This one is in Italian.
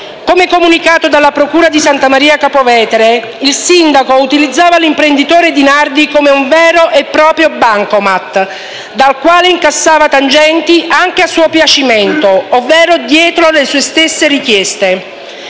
Come comunicato dalla procura di Santa Maria Capua Vetere, il sindaco utilizzava l’imprenditore Di Nardi come un vero e proprio bancomat, dal quale incassava tangenti anche a suo piacimento, ovvero dietro le sue stesse richieste.